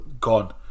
Gone